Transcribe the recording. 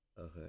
Okay